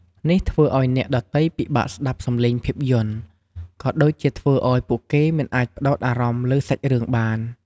នេះធ្វើឲ្យអ្នកដទៃពិបាកស្តាប់សំឡេងភាពយន្ត ក៏ដូចជាធ្វើឲ្យពួកគេមិនអាចផ្តោតអារម្មណ៍លើសាច់រឿងបាន។